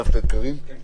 הצבעה לא אושרה.